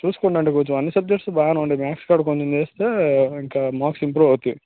చూస్తూ ఉండండి కొంచం అన్ని సబ్జక్ట్స్ బాగానే ఉన్నాయి మాథ్స్ కూడా కొంచం చేస్తే ఇంకా మార్క్స్ ఇంప్రూవ్ అవుతాయి